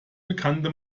bekannte